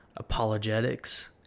apologetics